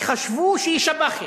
כי חשבו שהיא שב"חית.